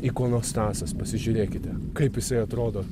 ikonostasas pasižiūrėkite kaip jisai atrodo